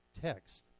text